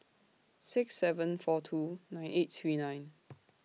six seven four two nine eight three nine